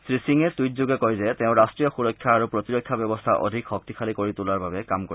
শ্ৰীসিঙে টুইটযোগে কয় যে তেওঁ ৰাষ্ট্ৰীয় সুৰক্ষা আৰু প্ৰতিৰক্ষা ব্যৱস্থা অধিক শক্তিশালী কৰি তোলাৰ বাবে কাম কৰিব